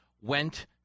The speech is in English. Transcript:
went